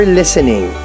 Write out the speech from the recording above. listening